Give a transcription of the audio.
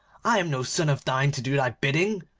i am no son of thine to do thy bidding